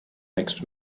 next